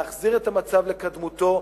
להחזיר את המצב לקדמותו.